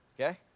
Okay